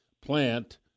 plant